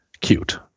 cute